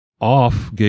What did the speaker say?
off